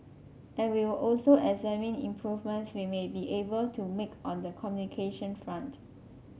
and we will also examine improvements we may be able to make on the communication front